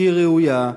שהיא ראויה,